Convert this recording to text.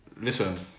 Listen